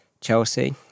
Chelsea